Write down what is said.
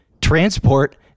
transport